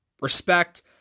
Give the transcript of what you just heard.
respect